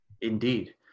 Indeed